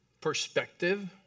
perspective